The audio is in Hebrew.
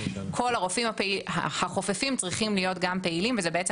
שכל הרופאים החופפים צריכים להיות גם פעילים וזה בעצם